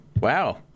Wow